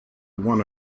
won